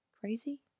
Crazy